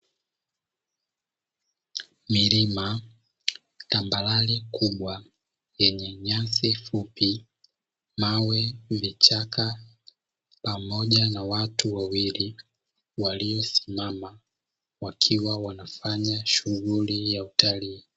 Milima, tambarare kubwa yenye nyasi fupi, mawe, vichaka, pamoja na watu wawili waliosimama; wakiwa wanafanya shughuli ya utalii.